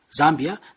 Zambia